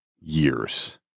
years